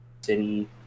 City